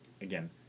again